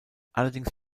allerdings